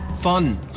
Fun